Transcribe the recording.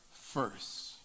first